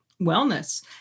wellness